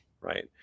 Right